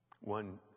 One